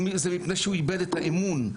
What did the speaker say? זה מפני שהוא איבד את האמון,